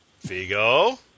Vigo